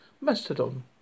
Mastodon